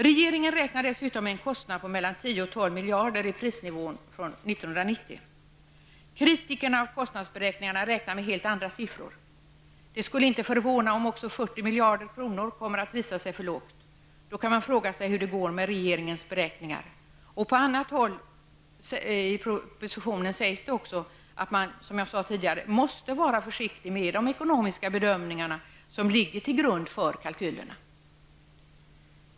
Regeringen räknar dessutom med en kostnad på mellan 10 miljarder och 12 miljarder i 1990 års prisnivå. Kritikerna av kostnadsberäkningarna räknar med helt andra siffror. Det skulle inte förvåna om också beloppet 40 miljarder kronor kommer att visa sig vara för lågt. Man kan fråga sig hur det då går med regeringens beräkningar. På annat håll i propositionen sägs det, som jag sade tidigare, att man måste vara försiktig med de ekonomiska bedömningar som ligger till grund för kalkylerna.